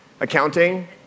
accounting